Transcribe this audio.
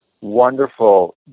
wonderful